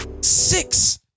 six